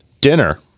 dinner